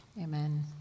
Amen